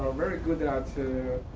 very good at